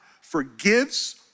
forgives